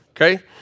Okay